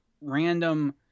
random